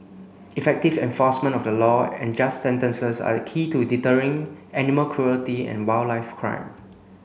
effective enforcement of the law and just sentences are key to deterring animal cruelty and wildlife crime